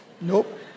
Nope